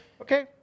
okay